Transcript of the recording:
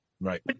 Right